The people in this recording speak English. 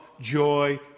joy